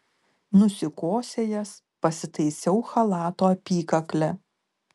nusikosėjęs pasitaisiau chalato apykaklę